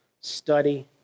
study